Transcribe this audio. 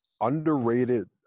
underrated